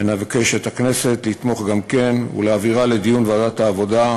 ונבקש את הכנסת לתמוך גם כן ולהעבירה לדיון בוועדת העבודה,